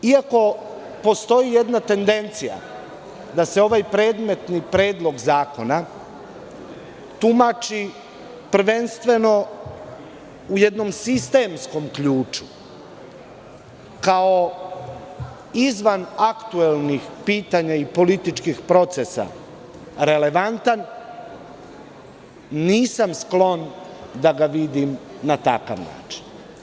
Iako postoji jedna tendencija da se ovaj predmetni predlog zakona tumači prvenstveno u jednom sistemskom ključu kao izvan aktuelnih pitanja i političkih procesa relevantan, nisam sklon da ga vidim na takav način.